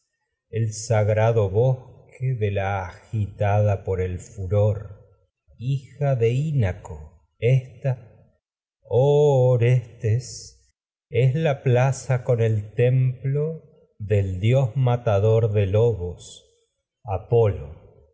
el sagrado ésta bosque de la agitada es por el furor hija de inaco el oh orestes la plaza y con templo del a dios matador es de lobos apolo